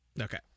Okay